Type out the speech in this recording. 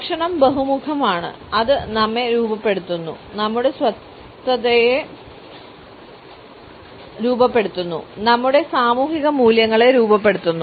ഭക്ഷണം ബഹുമുഖമാണ് അത് നമ്മെ രൂപപ്പെടുത്തുന്നു നമ്മുടെ സ്വത്വത്തെ രൂപപ്പെടുത്തുന്നു നമ്മുടെ സാമൂഹിക മൂല്യങ്ങളെ രൂപപ്പെടുത്തുന്നു